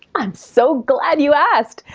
i'm so glad you asked.